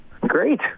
Great